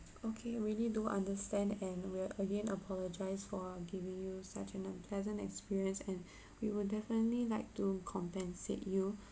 okay we really do understand and we're again apologise for giving you such an unpleasant experience and we will definitely like to compensate you